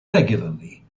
regularly